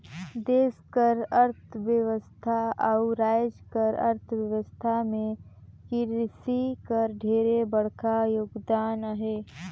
देस कर अर्थबेवस्था अउ राएज कर अर्थबेवस्था में किरसी कर ढेरे बड़खा योगदान अहे